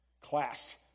class